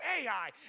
Ai